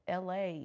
LA